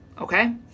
okay